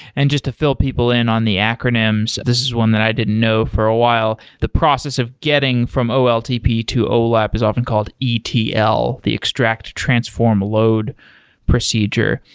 and just to fill people in on the acronyms, this is one that i didn't know for a while, the process of getting from oltp to olap is often called etl, the extract transform load procedure.